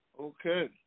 Okay